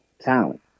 talent